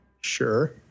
sure